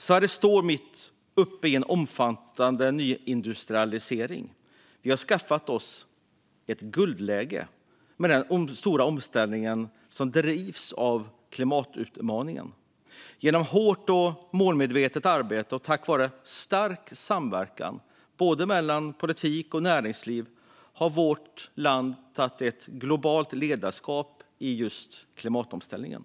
Sverige står mitt uppe i en omfattande nyindustrialisering. Vi har skaffat oss ett guldläge i den stora omställning som drivs på av klimatutmaningen. Genom hårt och målmedvetet arbete och tack vare en stark samverkan mellan politik och näringsliv har vårt land tagit ett globalt ledarskap i klimatomställningen.